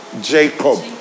Jacob